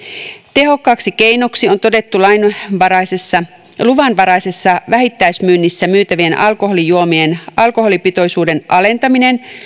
tehokkaaksi keinoksi on todettu luvanvaraisessa luvanvaraisessa vähittäismyynnissä myytävien alkoholijuomien alkoholipitoisuuden alentaminen